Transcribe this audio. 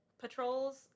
Patrols